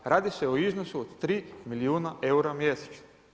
Radi se u iznosu od 3 milijuna eura mjesečno.